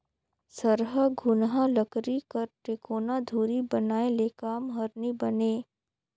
सरहा घुनहा लकरी कर टेकोना धूरी बनाए ले काम हर नी बने